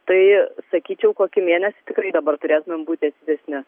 tai sakyčiau kokį mėnesį tikrai dabar turėtumėm būti atidesni